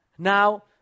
Now